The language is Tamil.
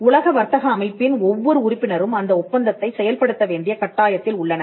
உலக வர்த்தக அமைப்பின் ஒவ்வொரு உறுப்பினரும் அந்த ஒப்பந்தத்தைச் செயல்படுத்த வேண்டிய கட்டாயத்தில் உள்ளனர்